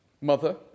mother